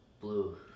Blue